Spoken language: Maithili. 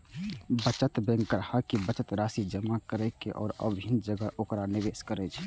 बचत बैंक ग्राहक के बचत राशि जमा करै छै आ विभिन्न जगह ओकरा निवेश करै छै